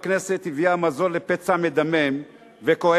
היום הכנסת הביאה מזור לפצע מדמם וכואב,